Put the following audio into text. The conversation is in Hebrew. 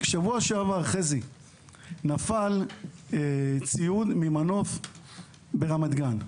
בשבוע שעבר נפל ציוד ממנוף ברמת גן.